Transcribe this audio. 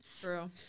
True